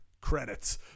credits